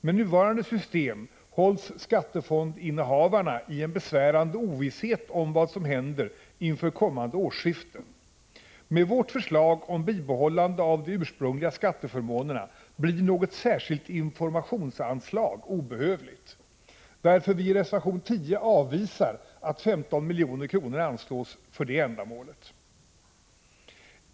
Med nuvarande system hålls skattefondsinnehavarna i en besväran de ovisshet om vad som gäller inför kommande årsskiften. Med vårt förslag om bibehållande av de ursprungliga skatteförmånerna blir ett särskilt informationsanslag obehövligt, varför vi i reservation 10 avstyrker att 15 milj.kr. anslås till detta ändamål.